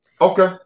Okay